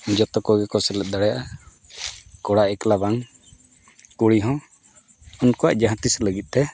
ᱡᱚᱛᱚ ᱠᱚᱜᱮ ᱠᱚ ᱥᱮᱞᱮᱫ ᱫᱟᱲᱮᱭᱟᱜᱼᱟ ᱠᱚᱲᱟ ᱮᱠᱞᱟ ᱵᱟᱝ ᱠᱩᱲᱤ ᱦᱚᱸ ᱩᱱᱠᱩᱣᱟᱜ ᱡᱟᱦᱟᱸ ᱛᱤᱸᱥ ᱞᱟᱹᱜᱤᱫ ᱛᱮ